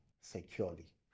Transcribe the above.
securely